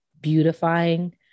beautifying